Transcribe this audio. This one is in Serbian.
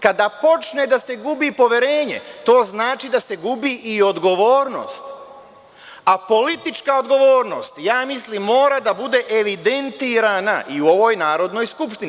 Kad počne da se gubi poverenje, to znači da se gubi i odgovornost, a politička odgovornost, ja mislim, mora da bude evidentirana i u ovoj Narodnoj skupštini.